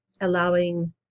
allowing